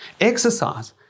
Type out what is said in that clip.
Exercise